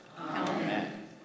Amen